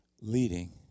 leading